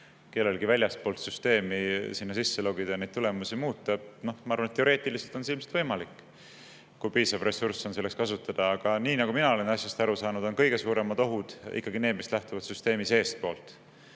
kellelgi väljastpoolt süsteemi sinna sisse logida ja neid tulemusi muuta. Ma arvan, et teoreetiliselt on see ilmselt võimalik, kui on piisavalt ressurssi, mida selleks kasutada. Aga nii nagu mina olen asjast aru saanud, on kõige suuremad ohud ikkagi need, mis lähtuvad süsteemist seestpoolt,